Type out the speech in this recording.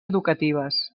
educatives